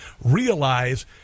realize